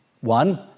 One